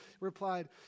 replied